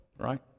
right